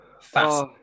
Fast